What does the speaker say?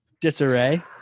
disarray